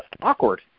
awkward